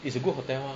it's a good hotel mah